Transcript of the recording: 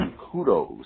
kudos